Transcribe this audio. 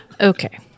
Okay